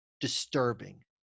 disturbing